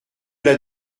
l’a